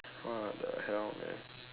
what the hell man